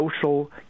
social